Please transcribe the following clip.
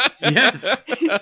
Yes